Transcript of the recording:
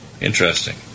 Interesting